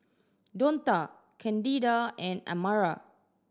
Donta Candida and Amara